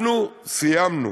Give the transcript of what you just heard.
אנחנו סיימנו.